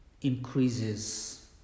increases